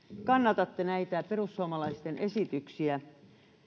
kannatatte näitä perussuomalaisten esityksiä